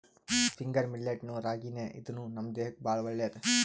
finger millet ನು ರಾಗಿನೇ ಇದೂನು ನಮ್ ದೇಹಕ್ಕ್ ಭಾಳ್ ಒಳ್ಳೇದ್